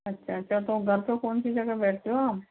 अच्छा अच्छा तो घर पे कौन सी जगह बैठते हो आप